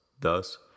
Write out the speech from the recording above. Thus